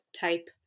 type